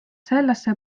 sellesse